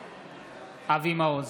בעד אבי מעוז,